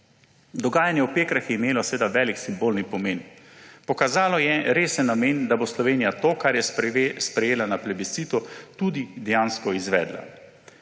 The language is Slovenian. Dogajanje v Pekrah je imelo seveda velik simbolen pomen. Pokazalo je resen namen, da bo Slovenija to, kar je sprejela na plebiscitu, tudi dejansko izvedla.